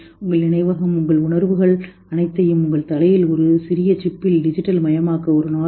உங்கள் நினைவகம் உங்கள் உணர்வுகள் அனைத்தையும் உங்கள் தலையில் ஒரு சிறிய சிப்பில் டிஜிட்டல் மயமாக்க சில நாட்களில் இருக்கலாம்